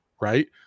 right